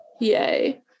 yay